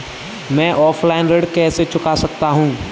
मैं ऑफलाइन ऋण कैसे चुका सकता हूँ?